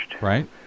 Right